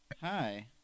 Hi